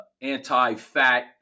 anti-fat